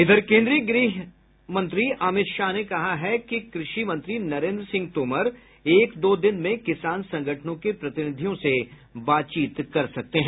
इधर केन्द्रीय गृह मंत्री अमित शाह ने कहा है कि कृषि मंत्री नरेन्द्र सिंह तोमर एक दो दिन में किसान संगठनों के प्रतिनिधियों से बात कर सकते हैं